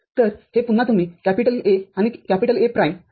तर हे पुन्हा तुम्ही A आणि A प्राईमB आदिक C आहे